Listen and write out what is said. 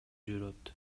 жүрөт